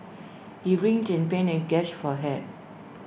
he writhed in pain and gasped for air